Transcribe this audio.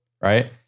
right